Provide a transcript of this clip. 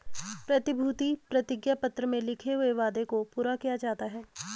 प्रतिभूति प्रतिज्ञा पत्र में लिखे हुए वादे को पूरा किया जाता है